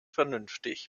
vernünftig